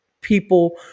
people